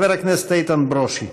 חבר הכנסת איתן ברושי.